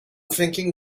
thinking